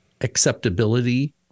acceptability